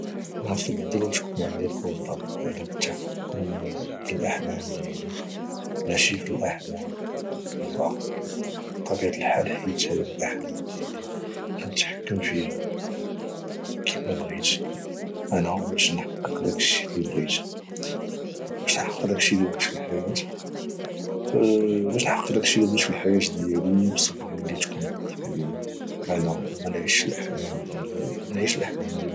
نفضل تكون عندي القدره على التحكم في الاحلام ديالي ماشي في الاحلام ديال الاخرين بطبيعه الحال حيت الاحلام ديالي غانتحكم فيها كون كيما بغيت انا باش نحقق داكشي اللي بغيت في الحياة ديالي بصورة اللي تكون واضحة ليا انا ومنعيش يعني الاحلام ديالي في الحقيقة